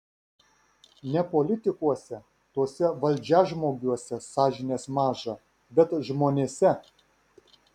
ne politikuose tuose valdžiažmogiuose sąžinės maža bet žmonėse